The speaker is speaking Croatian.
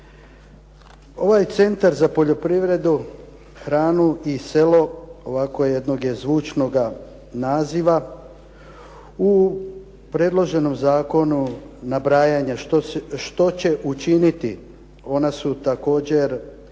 Ovaj centara za poljoprivrednu, hranu i selo ovako jednog je zvučnoga naziva. U predloženom zakonu nabrajanje što će učiniti, ona su također,